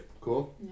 Cool